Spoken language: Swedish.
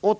plan.